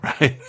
right